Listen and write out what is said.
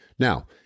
Now